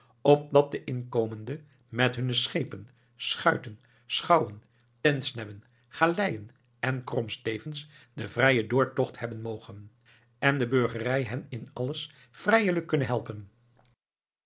opdat de inkomenden met hunne schepen schuiten schouwen tentsnebben galeien en kromstevens den vrijen doortocht hebben mogen en de burgerij hen in alles vrijelijk kunne helpen